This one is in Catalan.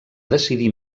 decidir